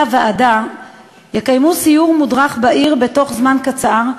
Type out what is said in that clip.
הוועדה יקיימו סיור מודרך בעיר בתוך זמן קצר,